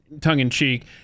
tongue-in-cheek